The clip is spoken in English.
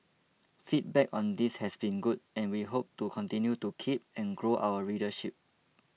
feedback on this has been good and we hope to continue to keep and grow our readership